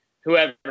whoever